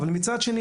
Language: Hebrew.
ומצד שני,